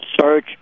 search